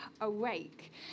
awake